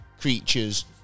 creatures